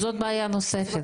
זאת בעיה נוספת.